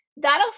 That'll